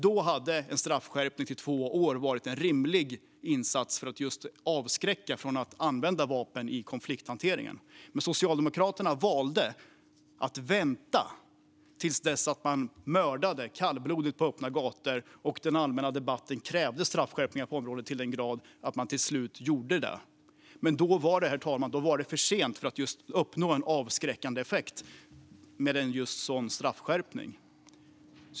Då hade en straffskärpning till två år varit en rimlig insats för att avskräcka från att använda vapen i konflikthanteringen. Men Socialdemokraterna valde att vänta till dess att man mördade kallblodigt på öppna gator. Den allmänna debatten krävde straffskärpningar på området till den grad att det till slut gjordes. Men då var det för sent, herr ålderspresident, att uppnå en avskräckande effekt med en sådan straffskärpning.